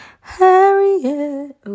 Harriet